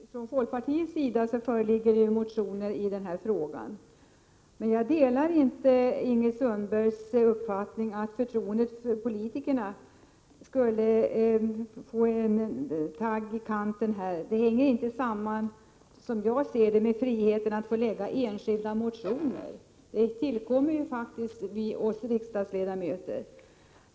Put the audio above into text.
Herr talman! Även från folkpartiets sida föreligger ju motioner i denna fråga. Men jag delar inte Ingrid Sundbergs uppfattning att förtroendet för politikerna skulle naggas i kanten härvidlag. Dagens debatt hänger inte samman med friheten att lägga fram enskilda motioner. Den rätten tillkommer ju faktiskt oss riksdagsledamöter.